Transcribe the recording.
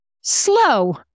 slow